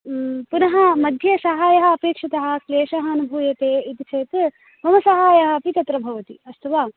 पुनः मध्ये सहायः अपेक्षितः क्लेशः अनुभूयते इति चेत् मम सहायः अपि तत्र भवति अस्तु वा